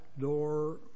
door